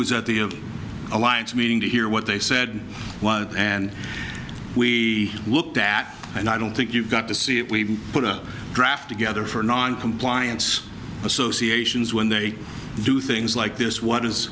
was at the alliance meeting to hear what they said and we looked at and i don't think you got to see it we put a draft together for noncompliance associations when they do things like this what is